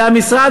זה המשרד,